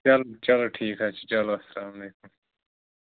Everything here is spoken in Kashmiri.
چَلو چَلو ٹھیٖک حظ چَلو اَسلامُ عَلیکُم